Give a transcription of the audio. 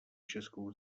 českou